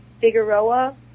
Figueroa